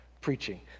preaching